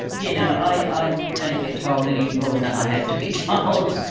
yeah, no, i don't get told any more than i have to be told.